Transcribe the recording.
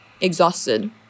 exhausted